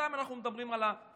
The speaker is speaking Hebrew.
בינתיים אנחנו מדברים על החרגה